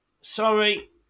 Sorry